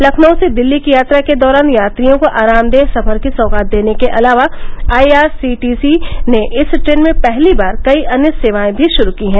लखनऊ से दिल्ली की यात्रा के दौरान यात्रियों को आरामदेह सफर की सौगात देने के अलावा I R C T C ने इस ट्रेन में पहली बार कई अन्य सेवाएं भी शुरू की हैं